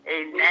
Amen